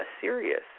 serious